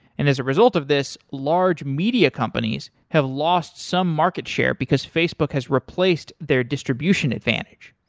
and as a result of this, large media companies have lost some market share because facebook has replaced their distribution advantage.